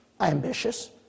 ambitious